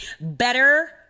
better